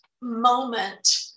moment